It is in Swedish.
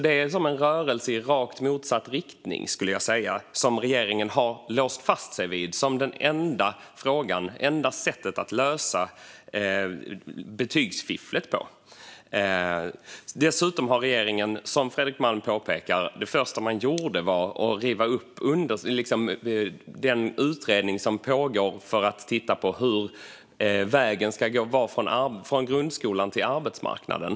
Det är som en rörelse i rakt motsatt riktning, skulle jag säga, som regeringen har låst fast sig vid som det enda sättet att lösa betygsfifflet på. Som Fredrik Malm påpekar var det första regeringen gjorde att riva upp den utredning som pågår för att titta på vägen från grundskolan till arbetsmarknaden.